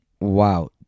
Wow